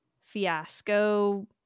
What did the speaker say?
fiasco